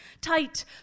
Tight